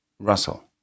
Russell